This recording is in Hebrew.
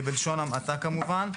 בלשון המעטה, כמובן.